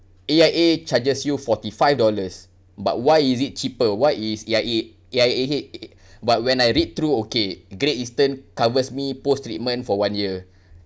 A_I_A charges you forty five dollars but why is it cheaper why is A_I_A A_I_A ha~ but when I read through okay Great Eastern covers me post treatment for one year